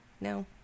No